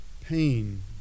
pain